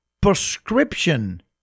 prescription